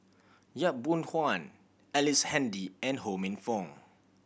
Yap Boon Huan Ellice Handy and Ho Minfong